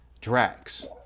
Drax